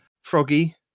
froggy